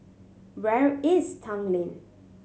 where is Tanglin